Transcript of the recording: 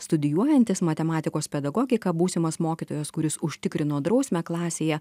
studijuojantis matematikos pedagogiką būsimas mokytojas kuris užtikrino drausmę klasėje